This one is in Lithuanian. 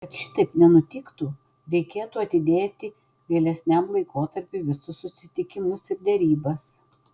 kad šitaip nenutiktų reikėtų atidėti vėlesniam laikotarpiui visus susitikimus ir derybas